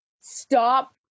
stop